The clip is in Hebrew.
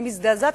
אני מזדעזעת,